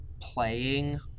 playing